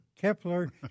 Kepler